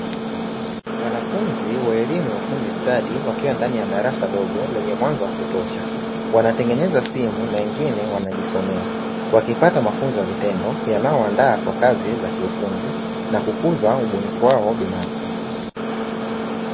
Wanafunzi wa elimu ya ufundi stadi wakiwa ndani ya darasa dogo lenye mwanga wa kutosha wanatengeneza simu na wengine wanajisomea, wakipata mafunzo ya vitendo yanayowaanda kwa kazi ya kiufundi na kukuza ubunifu wao binafsi.